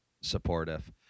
supportive